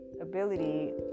ability